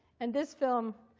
and this film,